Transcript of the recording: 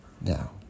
Now